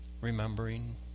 remembering